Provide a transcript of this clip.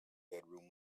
bedroom